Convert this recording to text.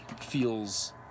feels